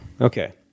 Okay